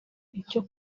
icyo